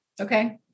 Okay